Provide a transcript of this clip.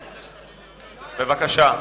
בבקשה.